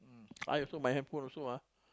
I also my handphone also ah